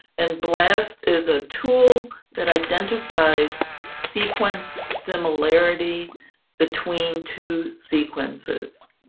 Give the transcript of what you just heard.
and blast is a tool that identifies sequence similarity between two sequences.